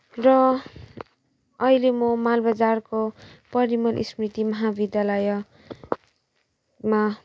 र अहिले म मालबजारको परिमल स्मृति महाविद्यालयमा